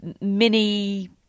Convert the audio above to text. mini